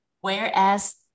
whereas